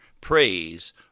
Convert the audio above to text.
Praise